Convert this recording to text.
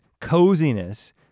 coziness